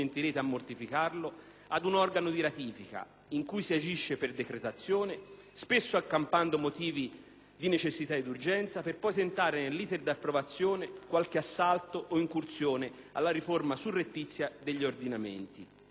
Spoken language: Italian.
ad un organo di ratifica in cui si agisce per decretazione, spesso accampando motivi di necessità ed urgenza per poi tentare, nell'*iter* di approvazione, qualche assalto o incursione alla riforma surrettizia degli ordinamenti.